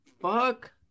fuck